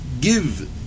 give